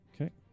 Okay